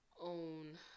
own